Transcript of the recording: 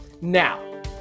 Now